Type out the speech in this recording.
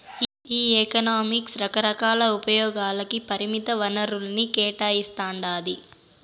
ఈ ఎకనామిక్స్ రకరకాల ఉపయోగాలకి పరిమిత వనరుల్ని కేటాయిస్తాండాది